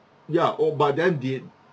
ya oh but then did